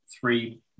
three